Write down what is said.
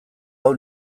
hau